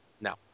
No